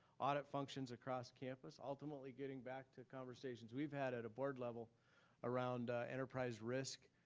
audit functions across campus, ultimately getting back to conversations we've had at a board level around enterprise risk.